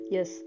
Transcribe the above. Yes